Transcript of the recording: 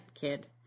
kid